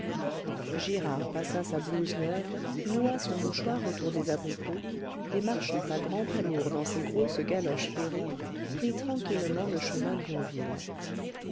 girard passa sa blouse neuve noua son mouchoir autour des abricots et marchant à grands pas lourds dans ses grosses galoches ferrées prit tranquillement le chemin d'yonville